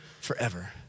forever